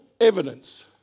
evidence